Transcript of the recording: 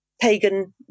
pagan